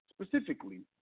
specifically